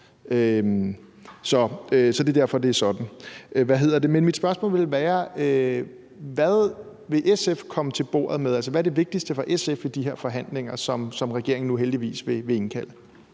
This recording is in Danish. Så det er derfor, det er sådan. Men mit spørgsmål vil være: Hvad vil SF komme til bordet med? Altså, hvad er det vigtigste for SF i de her forhandlinger, som regeringen nu heldigvis vil indkalde